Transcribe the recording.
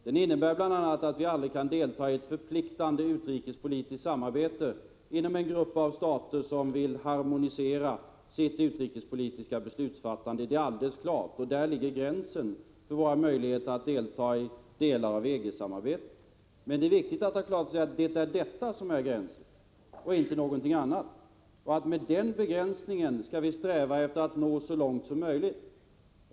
Den innebär bl.a. att vi aldrig kan delta i ett förpliktande utrikespolitiskt samarbete inom en grupp av stater som vill harmonisera sitt utrikespolitiska beslutsfattande — det är alldeles klart. Där har vi gränsen för våra möjligheter att delta i delar av EG-samarbetet. Men det är viktigt att ha klart för sig att det är detta som är gränsen och inte någonting annat. Med den begränsningen skall vi sträva efter att nå så långt som möjligt.